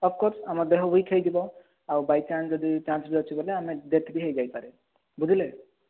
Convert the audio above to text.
of course ଆମ ଦେହ weak ହେଇଯିବ ଆଉ ବାଇ ଚାନ୍ସ ଯଦି ଚାନ୍ସ ଅଛି ବୋଲେ ଆମେ ଡେଥ୍ ବି ହେଇଯାଇପାରେ ବୁଝିଲେ